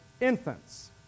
infants